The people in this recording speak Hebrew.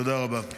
תודה רבה.